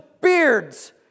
beards